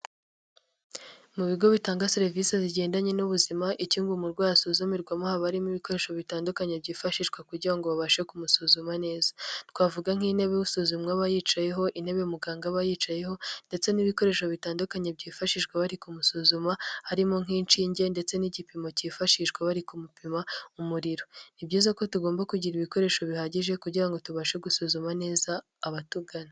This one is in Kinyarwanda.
Mu bigo bitanga serivisi zigendanye n'ubuzima. Icyo ngo umurwayi asuzumirwamo habamo ibikoresho bitandukanye byifashishwa kugira ngo babashe kumusuzuma neza. Twavuga: nk'intebe y'izu umwe aba yicayeho, intebe muganga aba yicayeho ndetse n'ibikoresho bitandukanye byifashishwa bari kumusuzuma. Harimo nk'inshinge ndetse n'igipimo kifashishwa bari kumupima umuriro. Ni byiza ko tugomba kugira ibikoresho bihagije kugira ngo tubashe gusuzuma neza abatugana.